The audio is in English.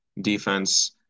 defense